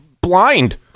blind